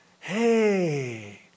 Hey